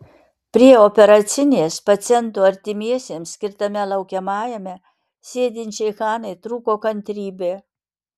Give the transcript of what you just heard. prie operacinės pacientų artimiesiems skirtame laukiamajame sėdinčiai hanai trūko kantrybė